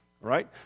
Right